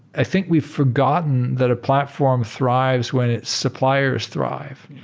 i think we've forgotten that a platform thrives when suppliers thrive.